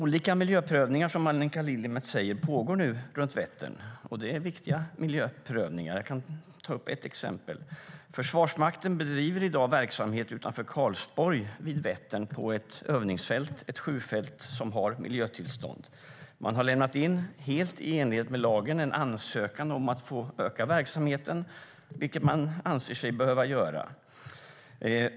Olika miljöprövningar pågår nu runt Vättern, som Annika Lillemets säger. Det är viktiga miljöprövningar. Jag kan ta ett exempel. Försvarsmakten bedriver i dag verksamhet utanför Karlsborg, vid Vättern, på ett övningsfält, ett skjutfält. Man har miljötillstånd. Man har lämnat in, helt i enlighet med lagen, en ansökan om att få utöka verksamheten, vilket man anser sig behöva göra.